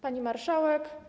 Pani Marszałek!